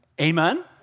Amen